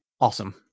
Awesome